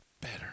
better